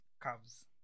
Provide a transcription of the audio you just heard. Cubs